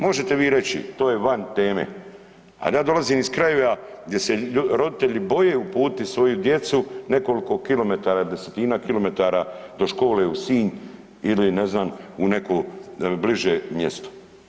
Možete vi reći to je van teme, ali ja dolazim iz krajeva gdje se roditelji boje uputiti svoju djecu nekoliko kilometara, desetina kilometara do škole u Sinj ili ne znam u neko bliže mjesto.